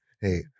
Hey